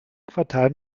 quartal